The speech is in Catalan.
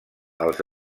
els